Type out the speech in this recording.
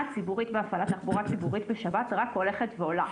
הציבורית בהפעלת תחבורה ציבורית בשבת רק הולכת ועולה.